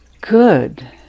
good